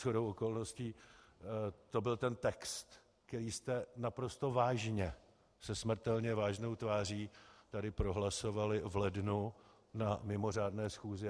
Shodou okolností to byl ten text, který jste naprosto vážně, se smrtelně vážnou tváří tady prohlasovali v lednu na mimořádné schůzi.